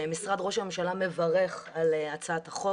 משרד ראש הממשלה מברך על הצעת החוק